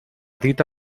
dita